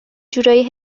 جورایی